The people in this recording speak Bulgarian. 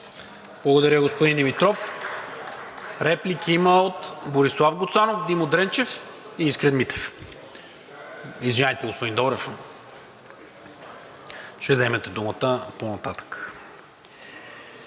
Благодаря, господин Димитров. Реплики има от Борислав Гуцанов, Димо Дренчев и Искрен Митев. (Шум и реплики.) Извинявайте, господин Добрев, ще вземете думата по-нататък.